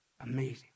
Amazing